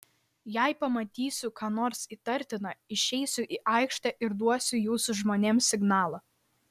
jei pamatysiu ką nors įtartina išeisiu į aikštę ir duosiu jūsų žmonėms signalą